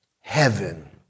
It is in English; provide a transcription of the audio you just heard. heaven